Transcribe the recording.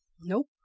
Nope